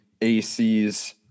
ACs